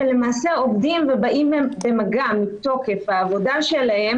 שלמעשה באים במגע מתוקף העבודה שלהם